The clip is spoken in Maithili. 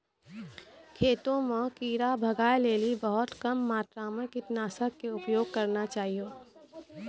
खेतों म कीड़ा भगाय लेली बहुत कम मात्रा मॅ कीटनाशक के उपयोग करना चाहियो